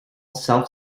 self